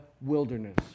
wilderness